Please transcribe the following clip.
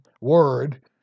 word